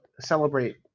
celebrate